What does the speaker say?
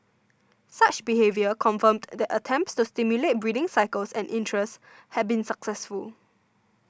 such behaviour confirmed that attempts to stimulate breeding cycles and interest had been successful